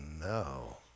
no